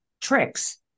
tricks